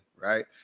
right